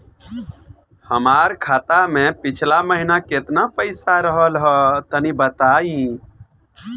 हमार खाता मे पिछला महीना केतना पईसा रहल ह तनि बताईं?